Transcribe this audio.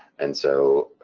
and so